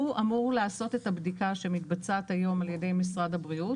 הוא אמור לעשות את הבדיקה שמתבצעת היום על ידי משרד הבריאות.